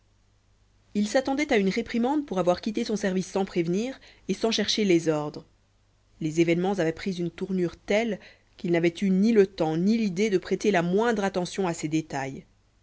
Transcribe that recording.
il s'attendait à une réprimande pour avoir quitté son service sans prévenir et sans chercher les ordres les événements avaient pris une tournure telle qu'il n'avait eu ni le temps ni l'idée de prêter la moindre attention à ces détails